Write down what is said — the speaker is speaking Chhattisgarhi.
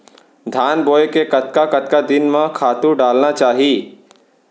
धान बोए के कतका कतका दिन म खातू डालना चाही?